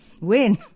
Win